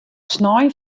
snein